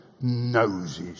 noses